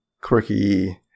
quirky